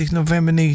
november